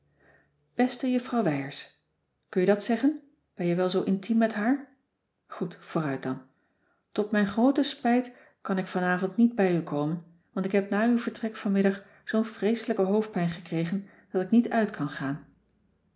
beste juffrouw wijers kun je dat zeggen ben je wel zoo intiem met haar goed vooruit dan tot mijn groote spijt kan ik vanavond niet bij u komen want ik heb na uw vertrek vanmiddag zoo'n vreeselijke hoofdpijn gekregen dat ik niet uit kan gaan